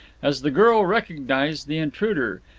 as the girl recognized the intruder,